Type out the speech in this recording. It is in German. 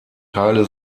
teile